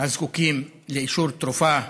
הזקוקים לאישור תרופה אחרת,